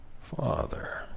father